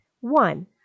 One